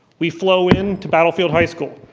we flow in to battlefield high school.